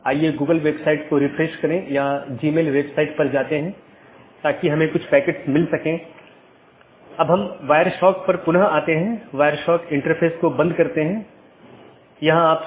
जैसे अगर मै कहूं कि पैकेट न 1 को ऑटॉनमस सिस्टम 6 8 9 10 या 6 8 9 12 और उसके बाद गंतव्य स्थान पर पहुँचना चाहिए तो यह ऑटॉनमस सिस्टम का एक क्रमिक सेट है